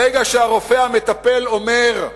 ברגע שהרופא המטפל אומר: